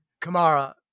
Kamara